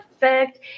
Perfect